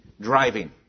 driving